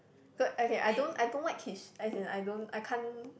okay I don't I don't like his~ as in I don't I can't